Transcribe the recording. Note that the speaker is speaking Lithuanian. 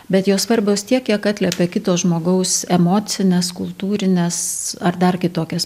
bet jos svarbios tiek kiek atliepia kito žmogaus emocines kultūrines ar dar kitokias